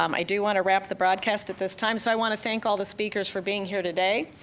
um i do wanna wrap the broadcast at this time, so i wanna thank all the speakers for being here today.